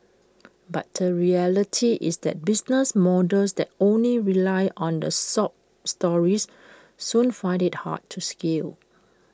but the reality is that business models that only rely on the sob stories soon find IT hard to scale